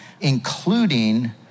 including